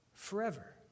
forever